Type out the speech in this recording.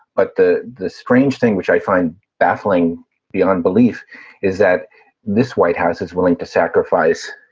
but the the strange thing which i find baffling beyond belief is that this white house is willing to sacrifice,